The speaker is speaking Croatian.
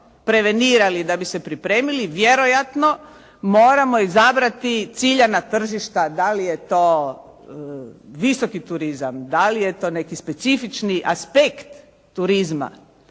prevenirali da bi se pripremili, vjerojatno moramo izabrati ciljana tržišta. Da li je to visoki turizam, da li je to neki specifični aspekt turizma,